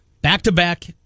Back-to-back